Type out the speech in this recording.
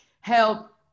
help